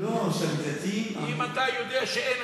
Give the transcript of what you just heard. אם אתה יודע שאין,